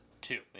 Two